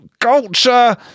culture